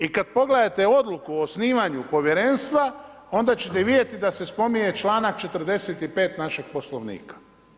I kada pogledate odluku o osnivanju Povjerenstva onda ćete vidjeti da se spominje članak 45. našeg Poslovnika.